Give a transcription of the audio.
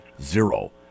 Zero